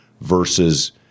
versus